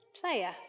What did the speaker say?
Player